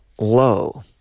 low